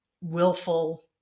willful